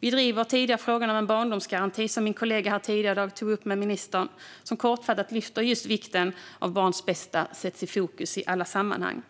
Vi driver sedan tidigare frågan om en barndomsgaranti, som min kollega tidigare i dag tog upp med ministern, som kortfattat lyfter just vikten av att barns bästa sätts i fokus i alla sammanhang.